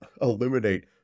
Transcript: eliminate